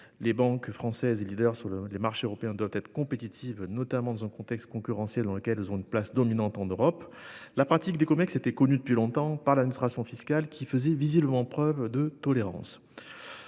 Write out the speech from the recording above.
bancaires français, leaders sur les marchés européens, doivent être compétitifs, notamment dans le contexte concurrentiel de l'Europe, où ils occupent une place dominante. La pratique du CumEx était connue depuis longtemps par l'administration fiscale, qui faisait visiblement preuve de tolérance.